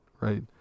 right